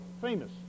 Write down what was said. famous